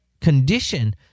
condition